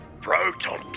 Proton